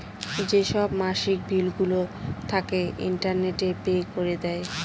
যেসব মাসিক বিলগুলো থাকে, ইন্টারনেটে পে করে দেয়